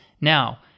Now